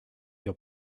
your